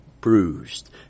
bruised